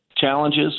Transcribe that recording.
challenges